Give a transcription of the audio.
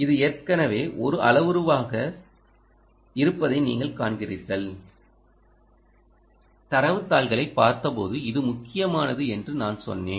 இது ஏற்கனவே ஒரு அளவுருவாக இருப்பதை நீங்கள் காண்கிறீர்கள் தரவுத் தாள்களைப் பார்த்தபோது இது முக்கியமானது என்று நான் சொன்னேன்